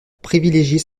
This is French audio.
privilégier